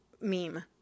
meme